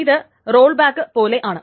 ഇത് റോൾബാക്ക് പോലെയാണ്